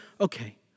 Okay